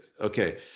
Okay